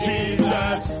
Jesus